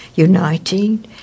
uniting